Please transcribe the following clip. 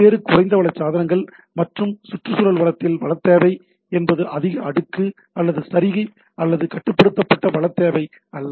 பல்வேறு குறைந்த வள சாதனங்கள் மற்றும் சுற்றுச்சூழல் வளத்தில் வளத் தேவை என்பது அதிக அடுக்கு அல்லது சரிகை அல்லது கட்டுப்படுத்தப்பட்ட வளத் தேவை அல்ல